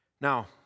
Now